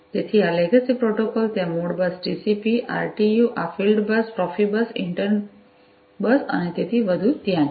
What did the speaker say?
તેથી આ legacy protocols ત્યાં મોડબસ ટીસીપી આરટીયુ આ ફીલ્ડબસ પ્રોફિબસ ઇન્ટર બસ અને તેથી વધુ ત્યાં છે